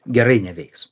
gerai neveiks